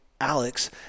Alex